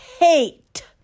hate